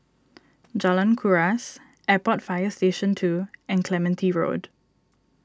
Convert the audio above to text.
Jalan Kuras Airport Fire Station two and Clementi Road